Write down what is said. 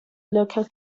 local